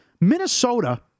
Minnesota